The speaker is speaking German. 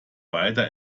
weiter